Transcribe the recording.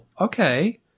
okay